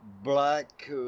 black